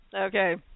Okay